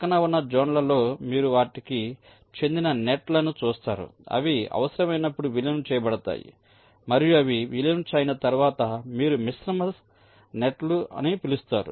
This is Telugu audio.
ప్రక్కనే ఉన్న జోన్ల లో మీరు వాటికి చెందిన నెట్ లను చూస్తారు అవి అవసరమైనప్పుడు విలీనం చేయబడతాయి మరియు అవి విలీనం అయిన తర్వాత మీరు మిశ్రమ నెట్ లు అని పిలుస్తారు